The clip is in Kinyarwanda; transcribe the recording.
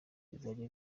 bizajya